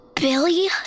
Billy